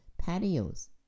patios